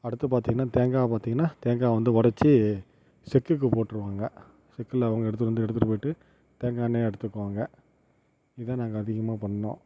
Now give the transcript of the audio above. அடுத்து பார்த்திங்கன்னா தேங்காவை பார்த்திங்கன்னா தேங்காவை வந்து உடச்சி செக்குக்கு போட்ருவாங்க செக்கில் அவங்க எடுத்துகிட்டு வந்து எடுத்துட்டு போயிட்டு தேங்காய் எண்ணெயா எடுத்துக்குங்க இதுதான் நாங்கள் அதிகமாக பண்ணிணோம்